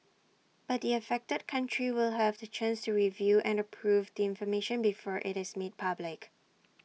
but the affected country will have the chance to review and approve the information before IT is made public